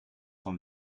van